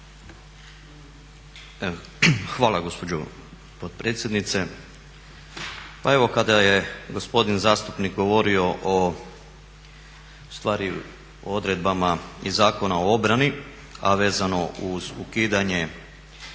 je gospodin zastupnik